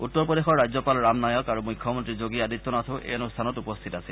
উত্তৰ প্ৰদেশৰ ৰাজ্যপাল ৰাম নায়ক আৰু মুখ্যমন্ত্ৰী যোগী আদিত্যনাথো এই অনুষ্ঠানত উপস্থিত আছিল